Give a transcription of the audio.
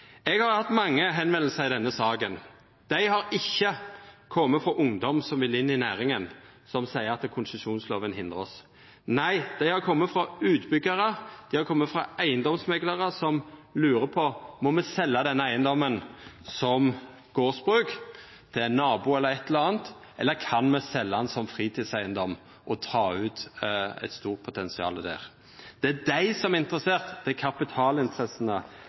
Eg har fått mange førespurnader om denne saka. Dei har ikkje kome frå ungdom som vil inn i næringa, og som seier at konsesjonslova hindrar dei. Nei, dei har kome frå utbyggjarar, dei har kome frå eigedomsmeklarar som lurer på om dei må selja ein eigedom som gardsbruk til ein nabo eller eit eller anna, eller om dei kan selja han som fritidseigedom og ta ut eit stort potensial. Det er dei som er interesserte – det er kapitalinteressene